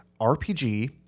RPG